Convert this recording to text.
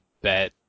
bet